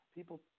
people